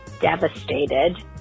devastated